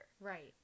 Right